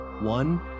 One